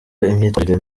imyitwarire